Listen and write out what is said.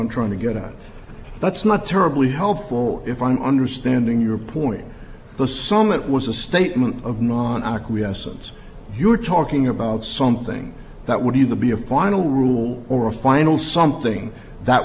one trying to get out that's not terribly helpful if i'm understanding your point but some it was a statement of non acquiescence you're talking about something that would either be a final rule or a final something that